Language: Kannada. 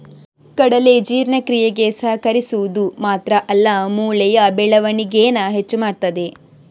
ಕಡಲೆ ಜೀರ್ಣಕ್ರಿಯೆಗೆ ಸಹಕರಿಸುದು ಮಾತ್ರ ಅಲ್ಲ ಮೂಳೆಯ ಬೆಳವಣಿಗೇನ ಹೆಚ್ಚು ಮಾಡ್ತದೆ